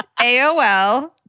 AOL